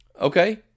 okay